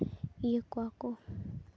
ᱤᱭᱟᱹ ᱠᱚᱣᱟ ᱠᱚ